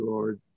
Lord